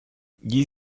gli